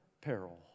peril